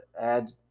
add